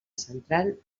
central